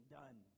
done